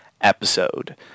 episode